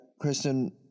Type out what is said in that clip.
Kristen